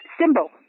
symbol